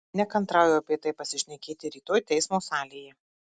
nekantrauju apie tai pasišnekėti rytoj teismo salėje